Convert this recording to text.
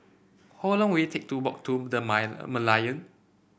how long will it take to walk to The Merlion